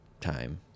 time